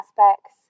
aspects